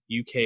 UK